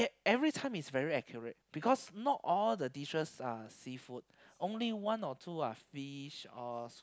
every time is very accurate because not all the dishes are seafood only one or two are fish